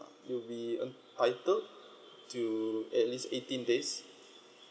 you will be entitle to at least eighteen days